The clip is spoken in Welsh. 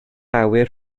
awyr